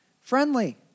Friendly